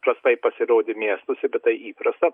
prastai pasirodė miestuose bet tai įprasta